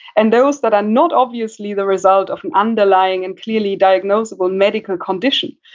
and those that are not obviously the result of an underlying and clearly diagnosable medical condition.